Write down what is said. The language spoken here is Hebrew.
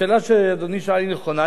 השאלה שאדוני שאל היא נכונה.